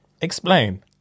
explain